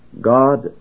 God